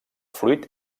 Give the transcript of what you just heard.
fruit